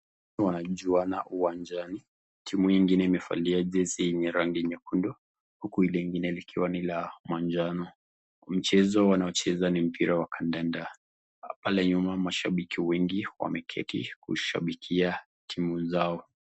Hawa wanachuana uwanjani. Timu hio ingine imevalia jezi yenye rangi nyekundu uku ile ingine likiwa ni la manjano. Mchezo wanaocheza ni mpira wa kandanda. Pale nyuma mashabiki wengi wameketi kushabikia timu zao.